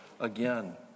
again